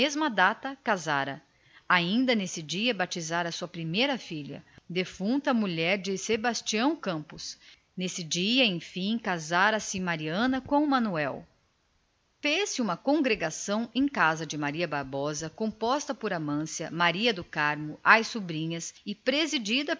são joão casara ainda nesse dia batizara a sua primeira filha a defunta mulher de sebastião campos e nesse dia enfim mariana esposara manuel fez-se uma congregação em casa do negociante composta por amância maria do carmo as sobrinhas desta e